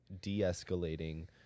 de-escalating